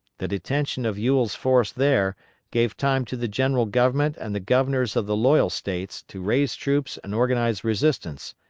the detention of ewell's force there gave time to the general government and the governors of the loyal states to raise troops and organize resistance,